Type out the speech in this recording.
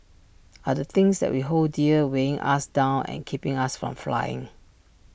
are the things that we hold dear weighing us down and keeping us from flying